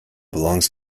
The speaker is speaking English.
belongs